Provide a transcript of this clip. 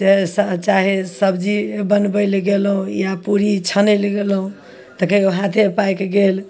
से सऽ चाहे सब्जी बनबय लए गेलहुँ या पूड़ी छानय लए गेलहुँ तऽ कहियो हाथे पाकि गेल